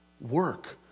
work